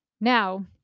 Now